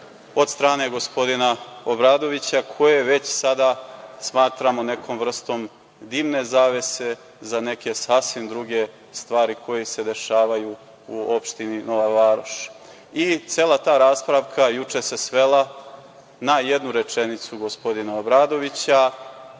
od strane gospodina Obradovića, koje već sada smatramo nekom vrstom dimne zavese za neke sasvim druge stvari koje se dešavaju u opštini Nova Varoš. Cela ta rasprava juče se svela na jednu rečenicu gospodina Obradovića